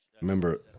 Remember